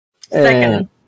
Second